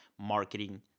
Marketing